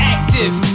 Active